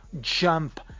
jump